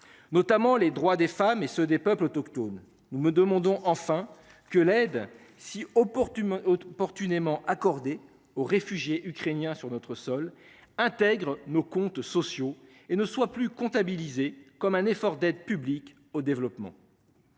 notamment les droits des femmes et ceux des peuples autochtones ne me demandons enfin que l'aide si opportune. Opportunément accordé aux réfugiés ukrainiens sur notre sol intègre nos comptes sociaux et ne soient plus comptabilisés comme un effort d'aide publique au développement.